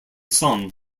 sung